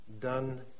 done